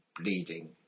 bleeding